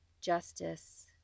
justice